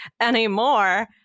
anymore